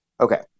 Okay